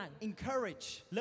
encourage